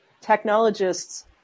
technologists